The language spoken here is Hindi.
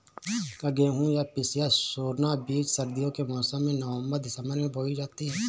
क्या गेहूँ या पिसिया सोना बीज सर्दियों के मौसम में नवम्बर दिसम्बर में बोई जाती है?